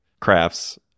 crafts